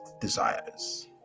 desires